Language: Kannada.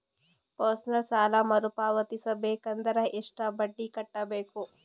ಪರ್ಸನಲ್ ಸಾಲ ಮರು ಪಾವತಿಸಬೇಕಂದರ ಎಷ್ಟ ಬಡ್ಡಿ ಕಟ್ಟಬೇಕು?